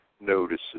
notices